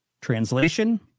Translation